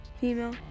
female